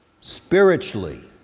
spiritually